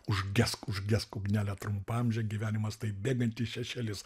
užgesk užgesk ugnele trumpaamže gyvenimas tai bėgantis šešėlis